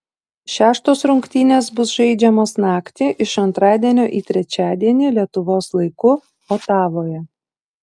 šeštos rungtynės bus žaidžiamos naktį iš antradienio į trečiadienį lietuvos laiku otavoje